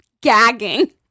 gagging